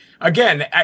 again